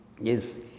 Yes